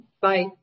Bye